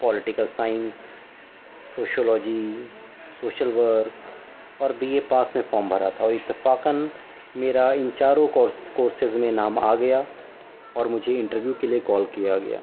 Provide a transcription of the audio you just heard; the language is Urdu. political science sociology social work اور بے اے پاس میں فارم بھرا تھا اور اتفاقاً میرا ان چاروں کورس کورسیز میں نام آ گیا اور مجھے انٹرویو کے لیے کال کیا گیا